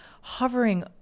hovering